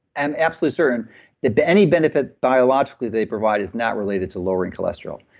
i'm absolute certain that any benefit biologically they provide is not related to lowering cholesterol.